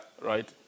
Right